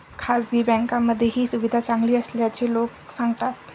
खासगी बँकांमध्ये ही सुविधा चांगली असल्याचे लोक सांगतात